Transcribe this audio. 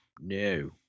No